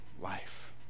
life